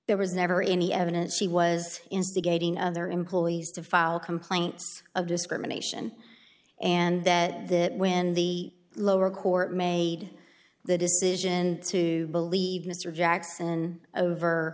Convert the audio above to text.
there was never any evidence he was instigating other employees to file complaints of discrimination and that that when the lower court made the decision to believe mr jackson over